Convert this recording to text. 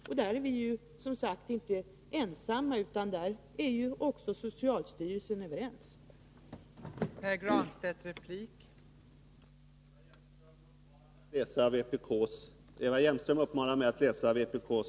Och på den punkten står vi, som sagt, inte ensamma, eftersom även socialstyrelsen står bakom detta krav.